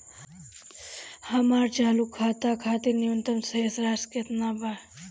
हमर चालू खाता खातिर न्यूनतम शेष राशि केतना बा?